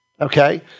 Okay